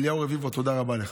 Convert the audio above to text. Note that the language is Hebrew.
אליהו רביבו, תודה רבה לך.